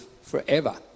forever